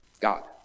God